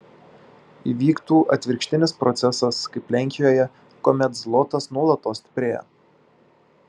įvyktų atvirkštinis procesas kaip lenkijoje kuomet zlotas nuolatos stiprėja